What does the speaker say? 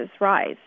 rise